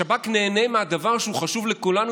השב"כ נהנה מהדבר שהוא חשוב לכולנו,